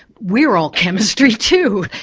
we are all chemistry too,